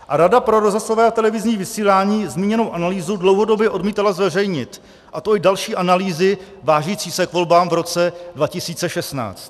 A Rada pro rozhlasové a televizní vysílání zmíněnou analýzu dlouhodobě odmítala zveřejnit, jako i další analýzy vážící se k volbám v roce 2016.